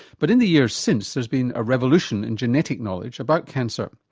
but in the years since there's been a revolution in genetic knowledge about cancer.